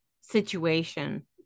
situation